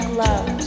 love